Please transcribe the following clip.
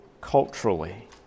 culturally